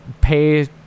pay